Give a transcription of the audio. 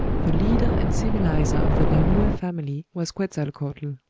the leader and civilizer of the nahua family was quetzalcoatl.